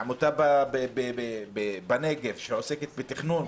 לעמותה בנגב שעוסקת בתכנון